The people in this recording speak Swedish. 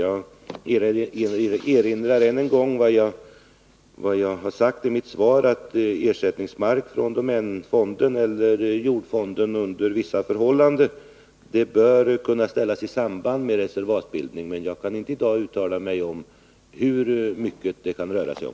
Jag erinrar än en gång om det jag sagt i mitt svar: att ersättningsmark från domänfonden eller jordfonden under vissa förhållanden bör kunna ställas till förfogande i samband med reservatsbildning. Men jag kan inte i dag uttala mig om hur mycket det kan röra sig om.